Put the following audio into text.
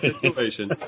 situation